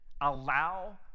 allow